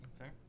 Okay